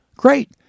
Great